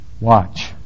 Watch